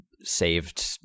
saved